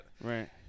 Right